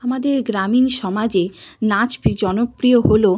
আমাদের গ্রামীণ সমাজে নাচ জনপ্রিয় হল